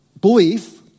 belief